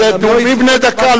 זה נאומים בני דקה,